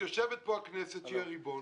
יושבת פה הכנסת, שהיא הריבון,